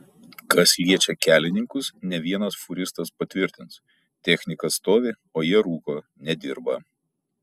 kas liečia kelininkus ne vienas fūristas patvirtins technika stovi o jie rūko nedirba